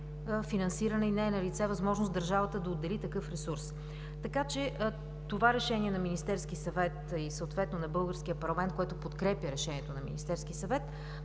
и не е налице възможност държавата да отдели такъв ресурс. Това решение на Министерския съвет и съответно на българския парламент, което подкрепя решението на Министерския съвет,